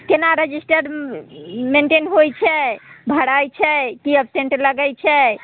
कोना register maintain होइ छै भराइ छै कि एब्सेन्ट लगै छै